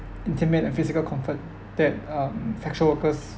intimate and physical comfort that um sexual workers